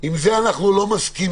עם זה אנחנו לא מסכימים